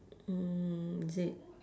mm is it